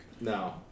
No